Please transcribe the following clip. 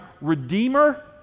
Redeemer